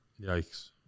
Yikes